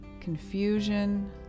confusion